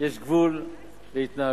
יש גבול להתנהגות